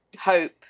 Hope